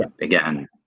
again